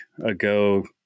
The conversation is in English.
ago